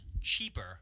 cheaper